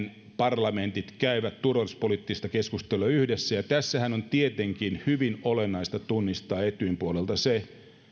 parlamentit käyvät turvallisuuspoliittista keskustelua yhdessä tässähän on tietenkin hyvin olennaista tunnistaa etyjin puolelta se että